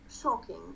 shocking